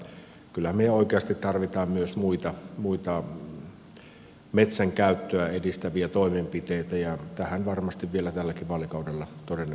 mutta kyllä me oikeasti tarvitsemme myös muita metsänkäyttöä edistäviä toimenpiteitä ja tähän varmasti vielä tälläkin vaalikaudella todennäköisesti palataan